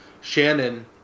shannon